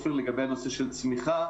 ואחר כך לפתוח אותה מחדש,